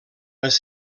les